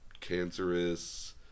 cancerous